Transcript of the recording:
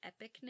epicness